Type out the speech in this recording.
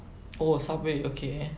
oh subway okay